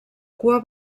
cua